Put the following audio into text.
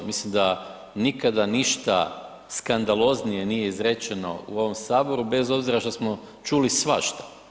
Mislim da nikada ništa skandaloznije nije izrečeno u ovom Saboru bez obzira što smo čuli svašta.